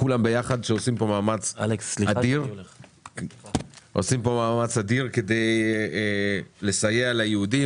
כולם ביחד שעושים פה מאמץ אדיר כדי לסייע ליהודים,